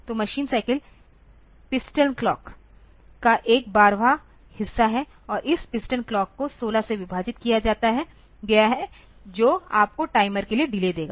तो machine cycle piston clock का एक बारहवां हिस्सा है और इस पिस्टन क्लॉक को 16 से विभाजित किया गया है जो आपको टाइमर के लिए डिले देगा